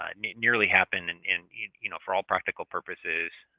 i mean nearly happened and and you know for all practical purposes,